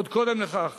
עוד קודם לכך,